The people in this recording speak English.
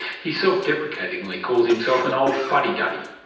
he self-deprecatingly calls himself an old fuddy-duddy.